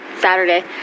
Saturday